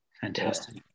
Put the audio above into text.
Fantastic